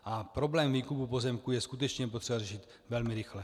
A problém výkupu pozemků je skutečně potřeba řešit velmi rychle.